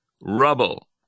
Rubble